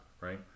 right